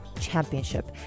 championship